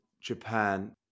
japan